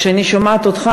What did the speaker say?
כשאני שומעת אותך,